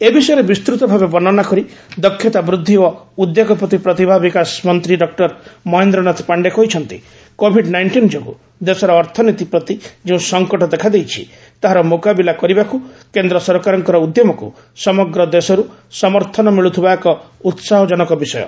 ଏ ବିଷୟରେ ବିସ୍ତୃତ ଭାବେ ବର୍ଷ୍ଣନା କରି ଦକ୍ଷତା ବୃଦ୍ଧି ଓ ଉଦ୍ୟୋଗପତି ପ୍ରତିଭା ବିକାଶ ମନ୍ତ୍ରୀ ଡକ୍ଟର ମହେନ୍ଦ୍ରନାଥ ପାଣ୍ଡେ କହିଛନ୍ତି କୋଭିଡ୍ ନାଇଷ୍ଟିନ୍ ଯୋଗୁଁ ଦେଶର ଅର୍ଥନୀତି ପ୍ରତି ଯେଉଁ ସଂକଟ ଦେଖାଦେଇଛି ତାହାର ମୁକାବିଲା କରିବାକୁ କେନ୍ଦ୍ର ସରକାରଙ୍କ ଉଦ୍ୟମକୁ ସମଗ୍ର ଦେଶରୁ ସମର୍ଥନ ମିଳୁଥିବା ଏକ ଉସାହଜନକ ବିଷୟ